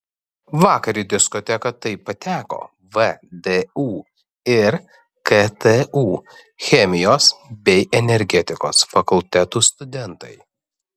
vakar į diskoteką taip pateko vdu ir ktu chemijos bei energetikos fakultetų studentai